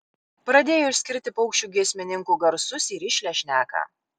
pradėjo išskirti paukščių giesmininkų garsus į rišlią šneką